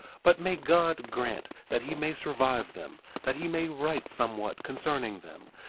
but may god grant that he may survive them, that he may write somewhat concerning them,